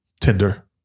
tinder